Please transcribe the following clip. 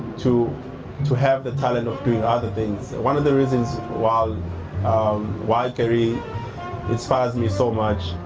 to to have the talent of doing other things. one of the reasons why um why gary inspires me so much,